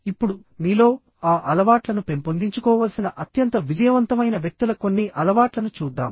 ఇప్పుడు మీలో ఆ అలవాట్లను పెంపొందించుకోవలసిన అత్యంత విజయవంతమైన వ్యక్తుల కొన్ని అలవాట్లను చూద్దాం